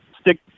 stick